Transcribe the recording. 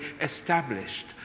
established